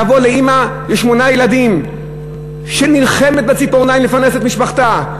לבוא לאימא לשמונה ילדים שנלחמת בציפורניים לפרנס את משפחתה,